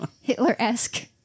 Hitler-esque